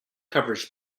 covers